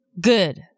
Good